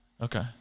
Okay